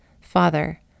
Father